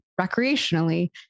recreationally